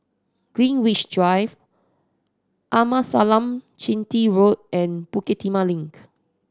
Greenwich Drive Amasalam Chetty Road and Bukit Timah Link